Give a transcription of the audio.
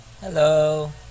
hello